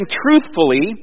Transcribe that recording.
truthfully